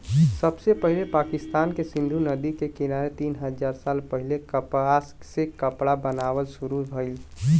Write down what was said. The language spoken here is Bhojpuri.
सबसे पहिले पाकिस्तान के सिंधु नदी के किनारे तीन हजार साल पहिले कपास से कपड़ा बनावल शुरू भइल